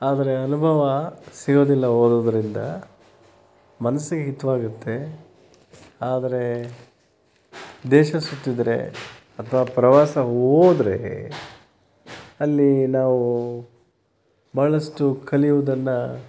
ಆದರೆ ಅನುಭವ ಸಿಗೋದಿಲ್ಲ ಓದೋದರಿಂದ ಮನ್ಸಿಗೆ ಹಿತವಾಗುತ್ತೆ ಆದರೆ ದೇಶ ಸುತ್ತಿದರೆ ಅಥವಾ ಪ್ರವಾಸ ಹೋದ್ರೆ ಅಲ್ಲಿ ನಾವು ಬಹಳಷ್ಟು ಕಲಿಯುವುದನ್ನು